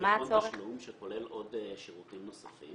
חשבון תשלום שכולל שירותים נוספים.